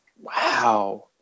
Wow